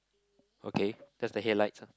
okay that's the head lights ah